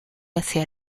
hacia